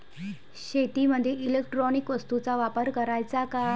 शेतीमंदी इलेक्ट्रॉनिक वस्तूचा वापर कराचा का?